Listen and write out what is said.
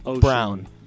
Brown